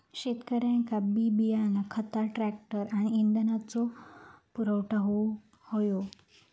शेतकऱ्यांका बी बियाणा खता ट्रॅक्टर आणि इंधनाचो पुरवठा होऊक हवो